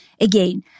again